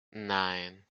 nine